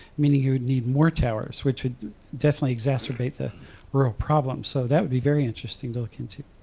meaning you'd need more towers, which would definitely exacerbate the rural problems. so that would be very interesting to look into.